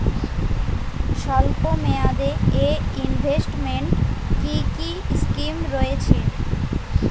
স্বল্পমেয়াদে এ ইনভেস্টমেন্ট কি কী স্কীম রয়েছে?